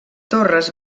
torres